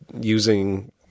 using